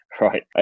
right